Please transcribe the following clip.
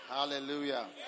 Hallelujah